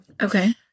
Okay